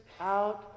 out